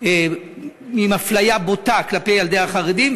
עם אפליה בוטה כלפי ילדי החרדים,